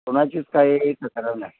कोणाचीच काही तक्रार नाही